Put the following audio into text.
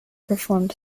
performed